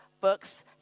books